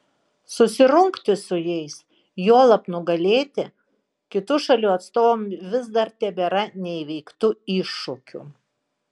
susirungti su jais juolab nugalėti kitų šalių atstovams vis dar tebėra neįveiktu iššūkiu